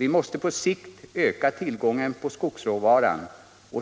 Vi måste på sikt öka tillgången på skogsråvaran.